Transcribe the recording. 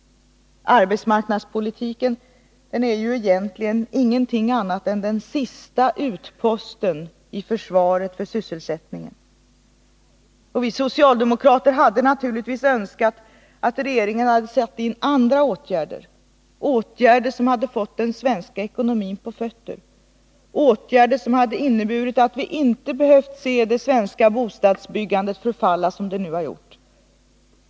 Arbetsmarknadspolitiken är ju egentligen ingenting annat än den sista utposten i försvaret för sysselsättningen. Vi socialdemokrater hade naturligtvis önskat att regeringen satt in andra åtgärder, åtgärder som hade fått den svenska ekonomin på fötter, åtgärder som hade inneburit att vi inte behövt se det svenska bostadsbyggandet förfalla som det nu har gjort.